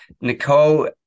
Nicole